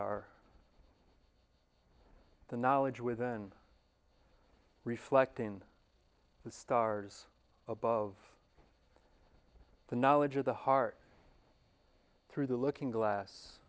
are the knowledge within reflecting the stars above the knowledge of the heart through the looking glass